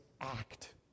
act